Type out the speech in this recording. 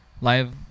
live